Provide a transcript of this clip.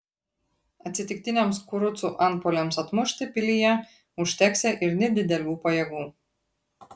atsitiktiniams kurucų antpuoliams atmušti pilyje užteksią ir nedidelių pajėgų